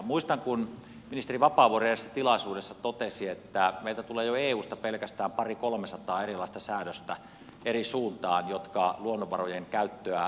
muistan kun ministeri vapaavuori eräässä tilaisuudessa totesi että meiltä tulee jo pelkästään eusta pari kolme sataa erilaista säädöstä eri suuntaan jotka luonnonvarojen käyttöä ohjailevat